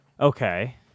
Okay